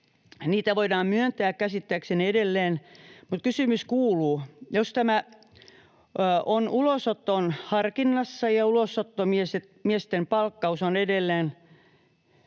Niitä voidaan myöntää käsittääkseni edelleen, mutta kysymys kuuluu: Jos tämä on ulosoton harkinnassa ja ulosottomiesten palkkaus on edelleen